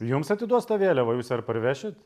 jums atiduos tą vėliavą jūs ją irparvešit